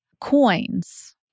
coins